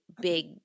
big